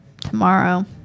tomorrow